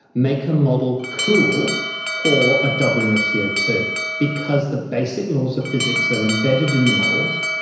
make a model cool for a doubling of c o two because the basic laws of physics are embedded in the models,